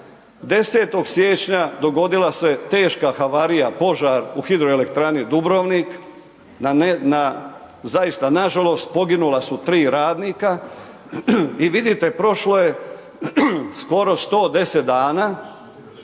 10. siječnja, dogodila se teška havarija, požar u hidroelektrani Dubrovnik, zaista nažalost, poginula su 3 radnika i vidite prošlo je skoro 110 dana,